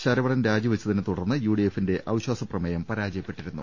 ശരവ ണൻ രാജിവെച്ചതിനെ തുടർന്ന് യുഡിഎഫിന്റെ അവിശ്വാസ പ്രമേയം പരാജയപ്പെട്ടിരുന്നു